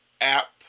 app